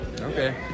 Okay